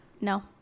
No